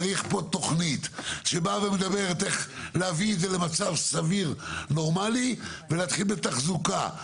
צריך פה תוכנית איך להביא את זה למצב סביר ונורמלי ולהתחיל בתחזוקה.